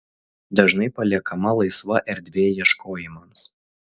dažnai paliekama laisva erdvė ieškojimams